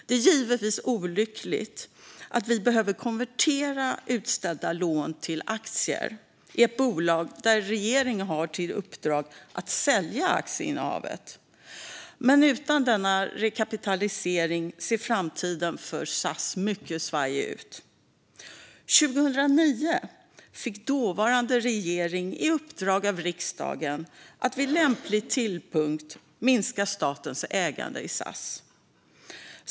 Det är givetvis olyckligt att behöva konvertera utställda lån till aktier i ett bolag där regeringen har till uppdrag att sälja aktieinnehavet. Men utan denna rekapitalisering ser framtiden för SAS mycket svajig ut. År 2009 fick dåvarande regering i uppdrag av riksdagen att vid lämplig tidpunkt minska statens ägande i SAS.